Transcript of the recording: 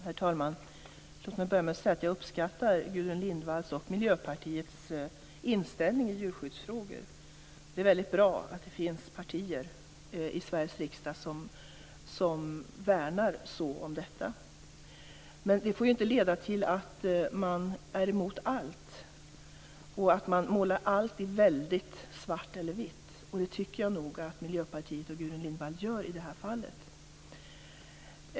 Herr talman! Låt mig börja med att säga att jag uppskattar Gudrun Lindvalls och Miljöpartiets inställning i djurskyddsfrågor. Det är väldigt bra att det finns partier i Sveriges riksdag som värnar så om detta. Men det får inte leda till att man är emot allt och till att man målar allt i väldigt svart eller vitt. Det tycker jag nog att Miljöpartiet och Gudrun Lindvall gör i det här fallet.